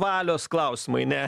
valios klausimai ne